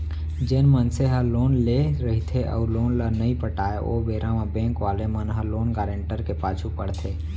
जेन मनसे ह लोन लेय रहिथे अउ लोन ल नइ पटाव ओ बेरा म बेंक वाले मन ह लोन गारेंटर के पाछू पड़थे